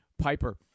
Piper